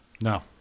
No